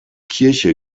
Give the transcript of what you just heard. kirche